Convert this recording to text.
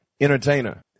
entertainer